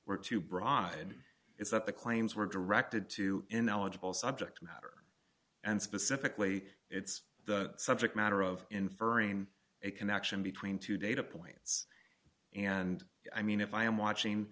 were too broad is that the claims were directed to ineligible subject matter and specifically it's the subject matter of inferring a connection between two data points and i mean if i am watching